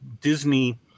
Disney